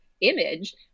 image